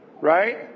Right